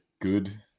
good